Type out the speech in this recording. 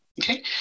Okay